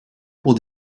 pour